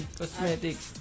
cosmetics